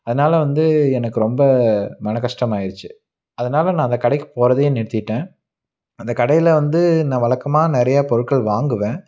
அதனால் வந்து எனக்கு ரொம்ப மனக்கஷ்டமாயிருச்சு அதனாலே நான் அந்த கடைக்கு போறதேயே நிறுத்திவிட்டேன் அந்த கடையில் வந்து நான் வழக்கமாக நிறையா பொருட்கள் வாங்குவேன்